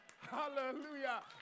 Hallelujah